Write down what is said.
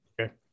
okay